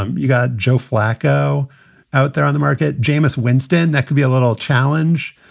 um you got joe flacco out there on the market. jameis winston that could be a little challenge.